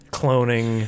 cloning